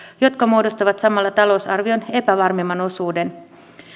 jotka muodostavat samalla talousarvion epävarmemman osuuden